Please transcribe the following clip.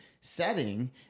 setting